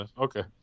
Okay